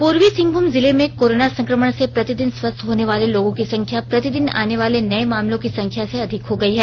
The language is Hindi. पूर्वी सिंहभूम जिले में कोरोना संक्रमण से प्रतिदिन स्वस्थ होने वाले लोगों की संख्या प्रतिदिन आनेवाले नए मामलों की संख्या से अधिक हो गई है